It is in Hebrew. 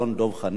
דב חנין,